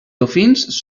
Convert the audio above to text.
dofins